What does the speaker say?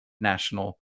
national